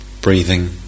breathing